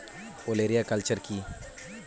ওলেরিয়া কালচার কি?